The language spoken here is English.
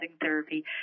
therapy